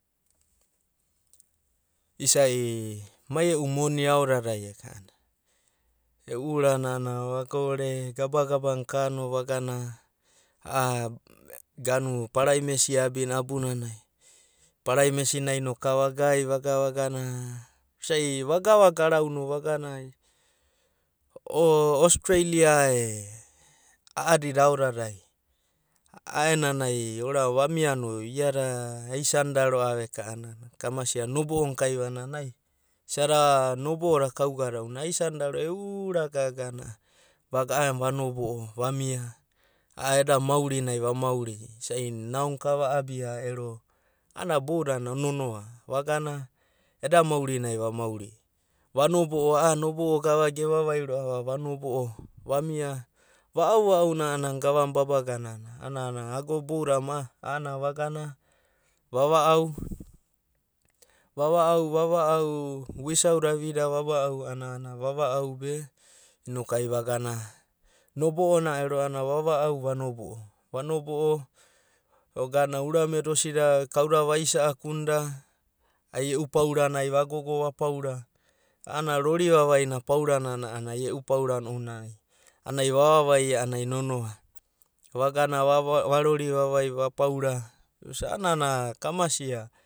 Isai mai e’a moni aodada eka’ana e’u urana a’anana vako’ore gabagaba na kano vagana, a’a ganu parai mesi abia na abunana paramesinai no ka vagai vaga vagana, isai vagana garauno vaganaaustralia e a’adida ao dadai a’aenanai oraon vamia no, iada aisanda roa’va eka’ana kamasia nobo’o na kaivananai, isa da nobo’o da kaugado oananai aisanda roa, e’u una gaga na vagana a’aenana vanobo’o o vania a’a eda maurinai va mauri isai nao na ka va’abia ero, a’ada boudada nonoa vagana eda mauri nai va mauri, vanobo’o a’a nobo’o gava geva vai roa vanobo’o, vamia. Va’au na gavana babaganana agoda boudada a’anana vagana va’va’au va’va’au viusau da vida va’va’au a’anana va’va’au be noku ai vagana. Nobo’o na ero a’anana va’va’au vanobo’o vagana urame da hoidi kauda vaisa’aku nida, ai e’u pauranai vagogo va paura a’anana rori vavaina pauranana a’anana ai e’u paurana ounanai anai vava vaia a’anana nonoa vagana va rori vaiva, va paura, a’anana kamasia